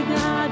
God